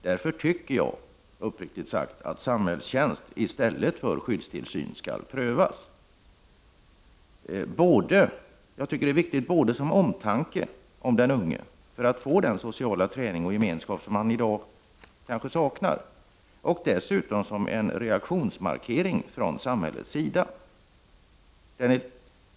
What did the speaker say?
Därför tycker jag, uppriktigt sagt, att samhällstjänst i stället för skyddstillsyn skall prövas. Det är viktigt både av omtanke om den unge, för att han skall få den sociala träning och gemenskap som han i dag kanske saknar, och som en markering av en reaktion från samhällets sida.